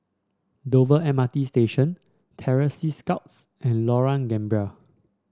Dover M R T Station Terror Sea Scouts and Lorong Gambir